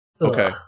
Okay